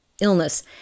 illness